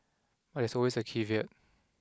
but there's always a caveat